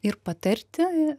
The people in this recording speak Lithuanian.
ir patarti